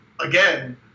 again